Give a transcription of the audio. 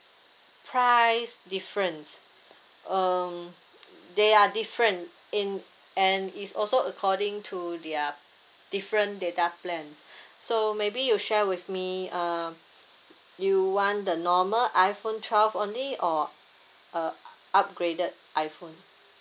price difference uh they are different in and is also according to their different data plans so maybe you share with me uh you want the normal iPhone twelve only or a upgraded iPhone